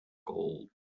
gold